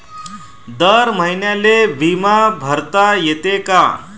दर महिन्याले बिमा भरता येते का?